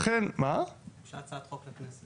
הוגשה הצעת חוק לכנסת.